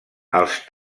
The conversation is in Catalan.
els